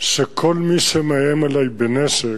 שכל מי שמאיים עלי בנשק,